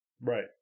Right